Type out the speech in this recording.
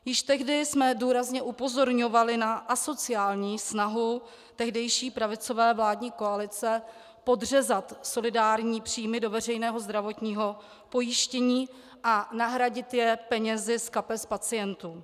Již tehdy jsme důrazně upozorňovali na asociální snahu tehdejší pravicové vládní koalice podřezat solidární příjmy do veřejného zdravotního pojištění a nahradit je penězi z kapes pacientů.